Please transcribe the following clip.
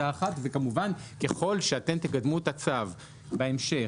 וכמובן, אם אתם תקדמו את הצו בהמשך,